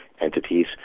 entities